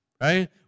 right